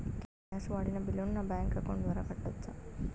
Gas వాడిన బిల్లును నా బ్యాంకు అకౌంట్ ద్వారా కట్టొచ్చా?